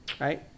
right